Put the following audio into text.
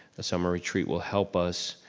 the summer retreat will help us